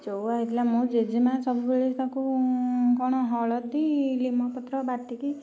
ଚଉଆ ହେଇଥିଲା ମୋ ଜେଜେମା ସବୁବେଳେ ତାଙ୍କୁ କ'ଣ ହଳଦୀ ଲିମ୍ୱ ପତ୍ର ବାଟିକି